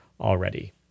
already